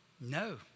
No